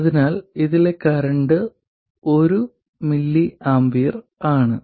അതിനാൽ ഇതിലെ current 1 mA ആണ്